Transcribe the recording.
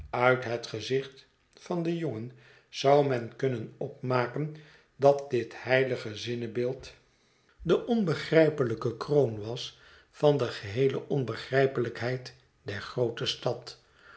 uit het gezicht van den jongen zou men kunnen opmaken dat dit heilige zinnebeeld de onbegrijpelijke kroon was van de geheele onbegrijpelijkheid der groote stad